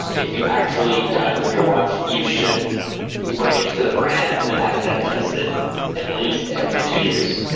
if you actually dive with your watch, you should bring it to the brand and have them test it at least every two years.